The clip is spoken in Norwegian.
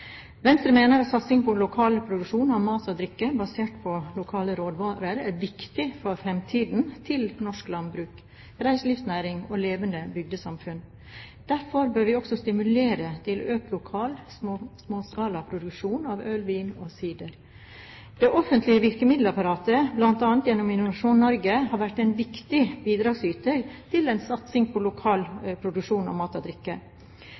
Venstre mener at satsing på lokal produksjon av mat og drikke basert på lokale råvarer er viktig for fremtiden til norsk landbruk, reiselivsnæringen og levende bygdesamfunn. Derfor bør vi også stimulere til økt lokal småskalaproduksjon av øl, vin og sider. Det offentlige virkemiddelapparatet, bl.a. gjennom Innovasjon Norge, har vært en viktig bidragsyter til en satsing på lokal produksjon av